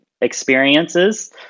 experiences